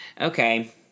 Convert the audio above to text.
Okay